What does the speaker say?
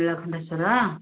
Nilakantheswar